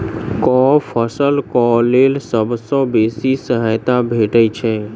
केँ फसल केँ लेल सबसँ बेसी सहायता भेटय छै?